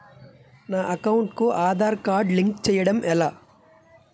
నా అకౌంట్ కు Aadhaar card link చేయడం ఎలా?